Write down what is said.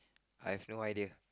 I have no idea